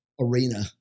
arena